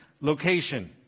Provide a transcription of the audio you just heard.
location